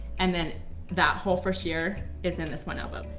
and then that whole first year is in this one album.